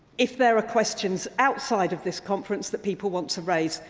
if there are questions outside of this conference that people want to raise,